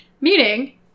Meaning